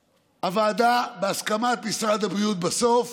הוועדה, בהסכמת משרד הבריאות, בסוף